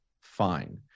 fine